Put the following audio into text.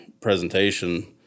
presentation